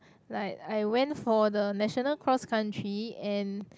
like I went for the national cross country and